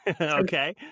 Okay